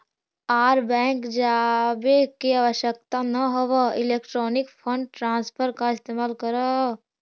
आर bank जावे के आवश्यकता न हवअ इलेक्ट्रॉनिक फंड ट्रांसफर का इस्तेमाल कर लअ